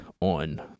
on